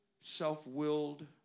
self-willed